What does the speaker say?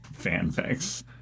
fanfics